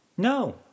No